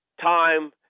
time